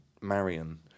Marion